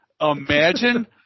Imagine